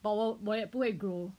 我我也不会 grow